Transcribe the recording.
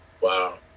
Wow